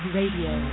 Radio